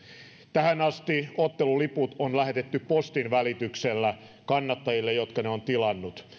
tähän asti otteluliput on lähetetty postin välityksellä kannattajille jotka ovat ne tilanneet